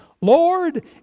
Lord